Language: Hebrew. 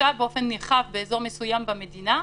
"התפשטה באופן נרחב באזור מסוים במדינה"